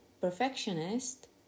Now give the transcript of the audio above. perfectionist